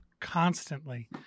constantly